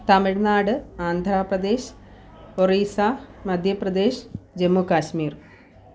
Tamil Nadu Andhra Pradesh Orissa Madhya Pradesh Jammu Kashmir